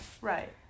Right